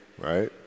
right